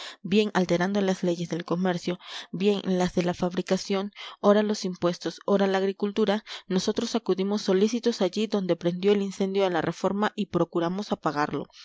bien alterando las leyes del comercio bien las de la fabricación ora los impuestos ora la agricultura nosotros acudimos solícitos allí donde prendió el incendio de la reforma y procuramos apagarlo